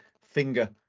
finger